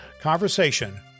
conversation